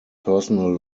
personal